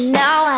now